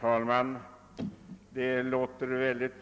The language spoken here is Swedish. Herr talman!